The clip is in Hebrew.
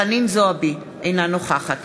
חנין זועבי, אינה נוכחת